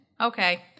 Okay